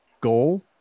goal